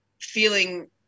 feeling